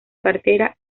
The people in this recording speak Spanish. cartera